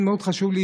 לכן מאוד חשוב לי,